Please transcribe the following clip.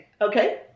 Okay